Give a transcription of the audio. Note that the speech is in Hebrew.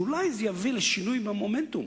ואולי זה יביא לשינוי במומנטום.